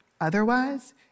Otherwise